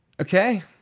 Okay